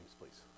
please